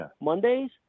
Mondays